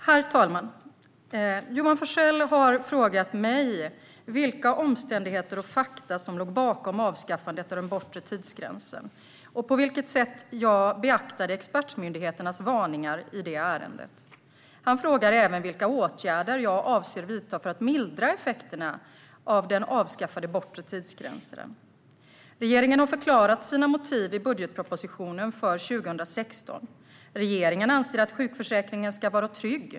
Herr talman! Johan Forssell har frågat mig vilka omständigheter och fakta som låg bakom avskaffandet av den bortre tidsgränsen och på vilket sätt jag beaktade expertmyndigheternas varningar i det ärendet. Han frågar även vilka åtgärder jag avser att vidta för att mildra effekterna av den avskaffade bortre tidsgränsen. Regeringen har förklarat sina motiv i budgetpropositionen för 2016. Regeringen anser att sjukförsäkringen ska vara trygg.